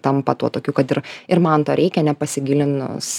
tampa tuo tokiu kad ir ir man to reikia nepasigilinus